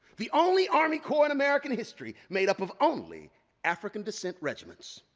the only army corps in american history made up of only african descent regiments.